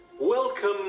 Welcome